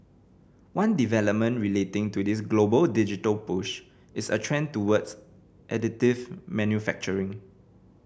one development relating to this global digital push is a trend towards additive manufacturing